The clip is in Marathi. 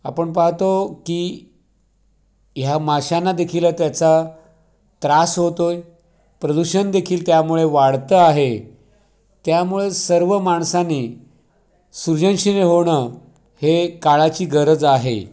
आपण पाहातो की ह्या माशांनादेखील त्याचा त्रास होत आहे प्रदूषणदेखील त्यामुळे वाढतं आहे त्यामुळे सर्व माणसांनी सृजनशील होणं हे काळाची गरज आहे